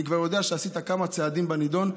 ואני כבר יודע שעשית כמה צעדים בנידון,